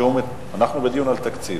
אנחנו בדיון על תקציב,